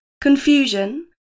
confusion